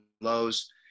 lows